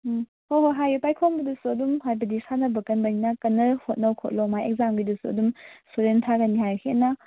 ꯎꯝ ꯍꯣꯏ ꯍꯣꯏ ꯍꯥꯏꯑꯣ ꯄꯥꯏꯈꯣꯝꯕꯗꯨꯁꯨ ꯑꯗꯨꯝ ꯍꯥꯏꯕꯗꯤ ꯁꯥꯟꯅꯕ ꯀꯟꯕꯅꯤꯅ ꯀꯟꯅ ꯍꯣꯠꯅꯧ ꯈꯣꯠꯂꯣ ꯃꯥꯒꯤ ꯑꯦꯛꯖꯥꯝꯒꯤꯗꯨꯁꯨ ꯑꯗꯨꯝ ꯍꯦꯟꯅ